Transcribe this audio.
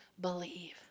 believe